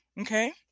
Okay